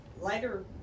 later